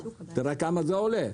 תראה כמה זה עולה.